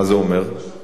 הם משרתים בצבא.